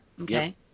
Okay